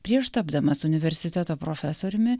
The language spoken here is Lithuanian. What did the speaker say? prieš tapdamas universiteto profesoriumi